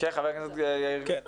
חבר הכנסת יאיר